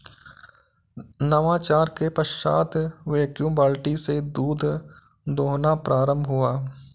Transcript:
नवाचार के पश्चात वैक्यूम बाल्टी से दूध दुहना प्रारंभ हुआ